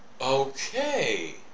Okay